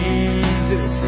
Jesus